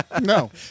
No